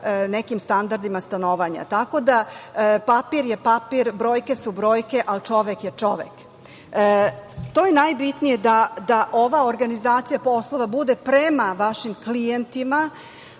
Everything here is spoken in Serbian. nekim standardima stanovanja, tako da papir je papir, brojke su brojke, a čovek je čovek. To je najbitnije, da ova organizacija poslova bude prema vašim klijentima